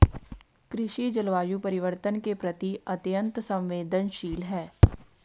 कृषि जलवायु परिवर्तन के प्रति अत्यंत संवेदनशील है